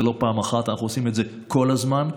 זה לא פעם אחת, אנחנו עושים את זה כל הזמן.